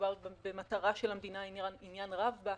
"מדובר במטרה שלמדינה עניין רב בה".